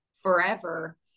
forever